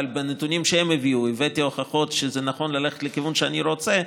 אבל בנתונים שהם הביאו הבאתי הוכחות שזה נכון ללכת לכיוון שאני רוצה.